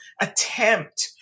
attempt